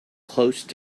close